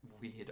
weird